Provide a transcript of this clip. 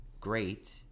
great